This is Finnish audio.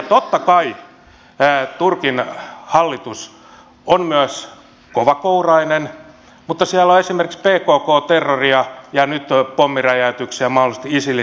totta kai turkin hallitus on myös kovakourainen mutta siellä on esimerkiksi pkkn terroria ja nyt pommiräjäytyksiä mahdollisesti isilin tekemiä